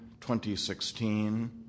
2016